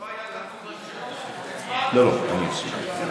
לא היה כתוב השם, אז הצבעתי.